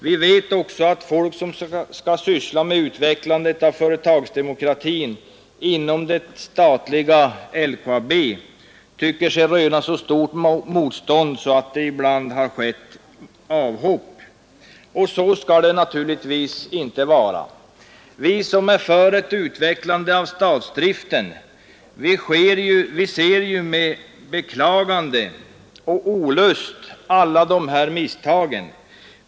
Vi vet också att folk som skall syssla med utvecklandet av företagsdemokrati inom det statliga LKAB tycker sig röna så stort motstånd att det ibland har förekommit avhopp. Så skall det naturligtvis inte vara. Vi som är för ett utvecklande av statsdriften ser med beklagande och olust alla de här misstagen.